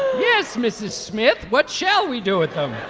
yes mrs. smith. what shall we do with them